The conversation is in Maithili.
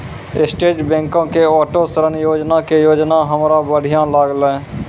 स्टैट बैंको के आटो ऋण योजना के योजना हमरा बढ़िया लागलै